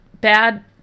Bad